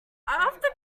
after